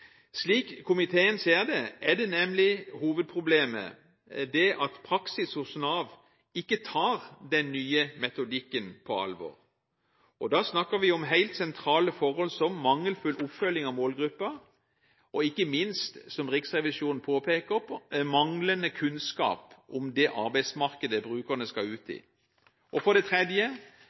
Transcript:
Slik komiteen ser det, er nemlig hovedproblemet at praksisen hos Nav ikke tar den nye metodikken på alvor. Da snakker vi om helt sentrale forhold som mangelfull oppfølging av målgruppen og – ikke minst – som Riksrevisjonen påpeker, manglende kunnskap om det arbeidsmarkedet brukerne skal ut i, og for det tredje